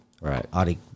Right